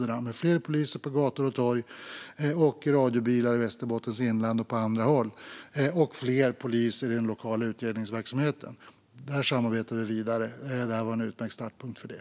Det handlar om fler poliser på gator och torg och i radiobilar i Västerbottens inland och på andra håll och om fler poliser i den lokala utredningsverksamheten. Där samarbetar vi vidare. Detta var en utmärkt startpunkt för det.